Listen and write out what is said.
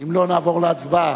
אם לא, נעבור להצבעה.